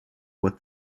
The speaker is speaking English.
with